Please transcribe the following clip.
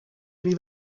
imi